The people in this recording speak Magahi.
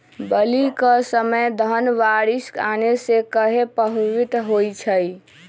बली क समय धन बारिस आने से कहे पभवित होई छई?